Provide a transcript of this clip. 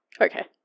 Okay